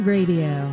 Radio